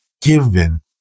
given